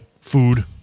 food